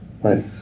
right